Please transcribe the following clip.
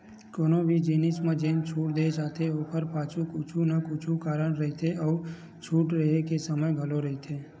कोनो भी जिनिस म जेन छूट दे जाथे ओखर पाछू कुछु न कुछु कारन रहिथे अउ छूट रेहे के समे घलो रहिथे